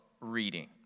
reading